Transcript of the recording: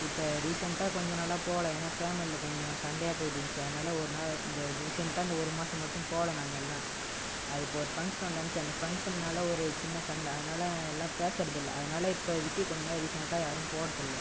இப்போ ரீசண்டாக கொஞ்சம் நாளாக போகல ஏன்னா ஃபேமிலியில் கொஞ்சம் சண்டையாக போய்ட்டுருந்துச்சி அதனால ஒரு நாள் இந்த ரீசண்டாக இந்த ஒரு மாசம் மட்டும் போகல நாங்கள் எல்லாம் அது இப்போ ஒரு ஃபங்க்ஷன் ஒன்று நடந்துச்சு அந்த ஃபங்ஷன்னால் ஒரு சின்ன சண்டை அதனால் எல்லாம் பேசுறது இல்லை அதனால் இப்போதக்கி கொஞ்சம் ரீசண்ட்டாக யாரும் போகிறது இல்லை